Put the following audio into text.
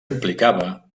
implicava